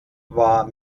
war